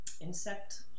insect